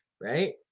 Right